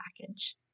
package